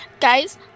Guys